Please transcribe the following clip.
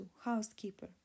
Housekeeper